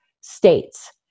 states